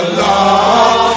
love